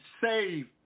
save